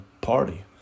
party